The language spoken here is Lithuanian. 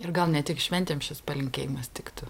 ir gal ne tik šventėm šis palinkėjimas tiktų